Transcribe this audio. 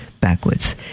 backwards